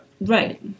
right